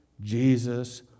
Jesus